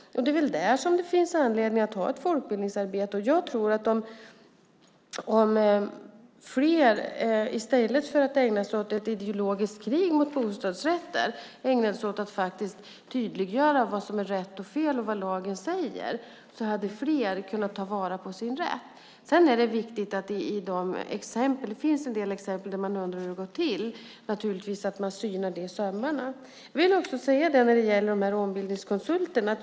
Det är väl där som det finns anledning att ha ett folkbildningsarbete. Jag tror att om fler i stället för att ägna sig åt ett ideologiskt krig mot bostadsrätter ägnade sig åt att faktiskt tydliggöra vad som är rätt och fel och vad lagen säger hade fler kunnat ta vara på sin rätt. Sedan är det naturligtvis viktigt att man i de exempel där man undrar hur det har gått till - det finns en del sådana exempel - synar det i sömmarna. Jag vill också säga något när det gäller de här ombildningskonsulterna.